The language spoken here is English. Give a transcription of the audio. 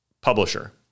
publisher